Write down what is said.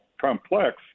complex